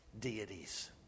deities